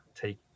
take